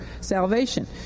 salvation